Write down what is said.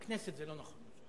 בכנסת זה לא נכון.